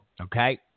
okay